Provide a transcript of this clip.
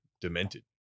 demented